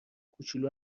کوچولو